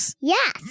Yes